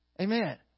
amen